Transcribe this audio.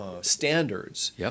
standards